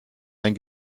ein